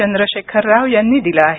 चंद्रशेखर राव यांनी दिलं आहे